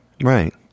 right